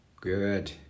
Good